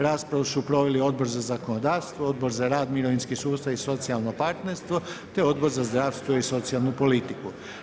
Raspravu su proveli Odbor za zakonodavstvo, Odbor za rad, mirovinski sustav i socijalno partnerstvo te Odbor za zdravstvo i socijalnu politiku.